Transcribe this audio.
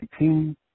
18